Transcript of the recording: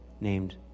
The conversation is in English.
named